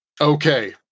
Okay